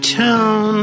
town